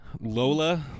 Lola